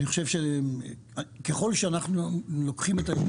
אני חושב שככל שאנחנו לוקחים את העניין